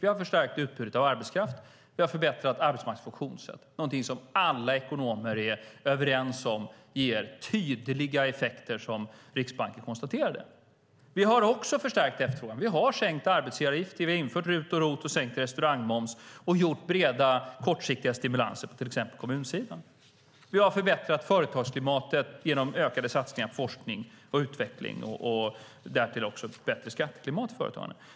Vi har förstärkt utbudet av arbeten, vi har förbättrat arbetsmarknadens funktionssätt - någonting som alla ekonomer är överens om ger tydliga effekter och som också Riksbanken konstaterade. Vi har också förstärkt efterfrågan, vi har sänkt arbetsgivaravgifter, infört RUT och ROT, sänkt restaurangmomsen och gjort breda kortsiktiga stimulanser, till exempel på kommunsidan, vi har förbättrat företagsklimatet genom ökade satsningar på forskning och utveckling och därtill också gett ett bättre skatteklimat för företagarna.